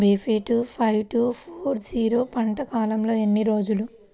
BPT five two zero four పంట కాలంలో ఎన్ని రోజులు?